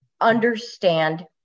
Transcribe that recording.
understand